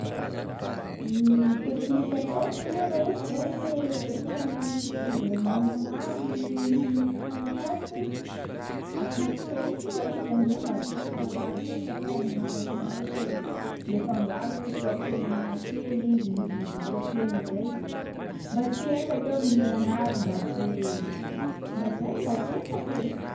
Ny teknika ataoko aloha raha ohatry zao hoe te- te hanisy voamaina maro amin’ny hany ataoko, ataoko saosy soa izy am’zay mba tsy malaky hentsaky aho aminazy. Na hoe le fangarony hoe asiàko henahena kely izy, modimody asiàko hena zay izy. De mba tsy hentsaky aho mihina anazy mba tsy- mba zay mba tsy hentsaky e.